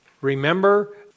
Remember